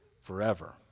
forever